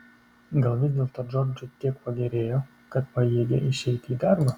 gal vis dėlto džordžui tiek pagerėjo kad pajėgė išeiti į darbą